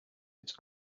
its